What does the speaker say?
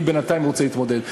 אני בינתיים רוצה להתמודד.